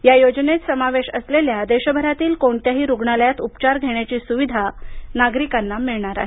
या योजनेत समावेश असलेल्या देशभरातील कोणत्याही रुग्णालयात उपचार घेण्याची सुविधा नागरिकांना मिळणार आहे